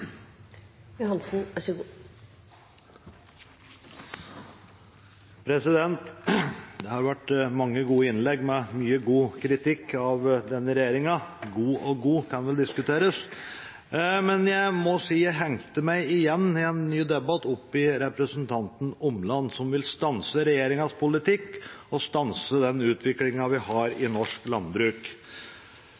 god, det kan vel diskuteres. Men jeg må si jeg hengte meg igjen, i en ny debatt, opp i representanten Omland, som vil stanse regjeringens politikk og stanse den utviklingen vi har i